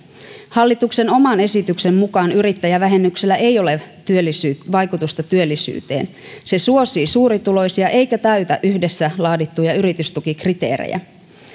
hallituksen oman esityksen mukaan yrittäjävähennyksellä ei ole vaikutusta työllisyyteen se suosii suurituloisia eikä täytä yhdessä laadittuja yritystukikriteerejä